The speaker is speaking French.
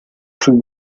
plus